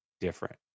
different